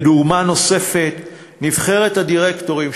דוגמה נוספת: נבחרת הדירקטורים,